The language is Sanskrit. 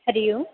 हरिः ओम्